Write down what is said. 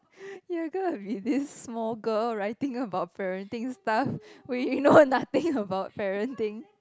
ya cause I'll be this small girl writing about parenting stuff we know nothing about parenting